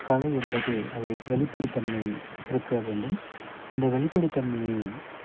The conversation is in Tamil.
கலை என்பது அது வெளிப்படைத்தன்மை இருக்க வேண்டும் அந்த வெளிப்படைத்தன்மையை